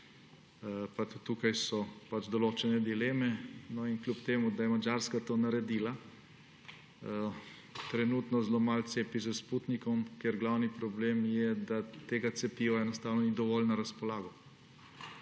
tukaj so določene dileme. Kljub temu da je Madžarska to naredila, trenutno zelo malo cepi s Sputnikom, ker glavni problem je, da tega cepiva enostavno ni dovolj na razpolago.